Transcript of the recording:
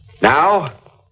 Now